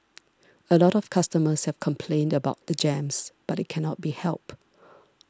a lot of customers have complained about the jams but it cannot be helped